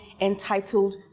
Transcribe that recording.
entitled